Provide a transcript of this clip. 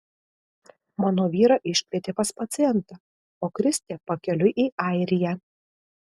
mano vyrą iškvietė pas pacientą o kristė pakeliui į airiją